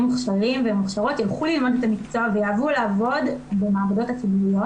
מוכשרים ומוכשרות ילכו ללמוד את המקצוע ויעברו לעבוד במעבדות הציבוריות.